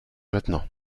maintenant